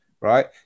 Right